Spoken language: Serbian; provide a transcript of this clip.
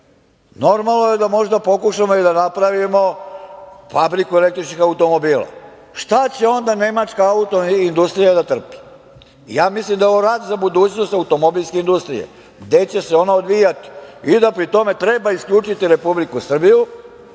normalno je da možemo da pokušamo da napravimo fabriku električnih automobila. Šta će onda nemačka autoindustrija da trpi? Ja mislim da je ovo rat za budućnost automobilske industrije, gde će se ona odvijati i da pri tome treba isključiti Republiku Srbiju